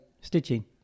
Stitching